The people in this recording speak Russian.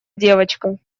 девочка